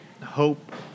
hope